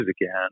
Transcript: again